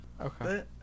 Okay